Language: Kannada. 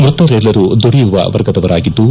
ಮ್ಟತರೆಲ್ಲರು ದುಡಿಯುವ ವರ್ಗದವರಾಗಿದ್ದು